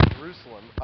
Jerusalem